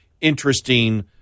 interesting